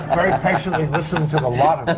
very patiently listen to the lot